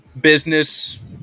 business